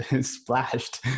splashed